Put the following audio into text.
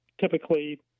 typically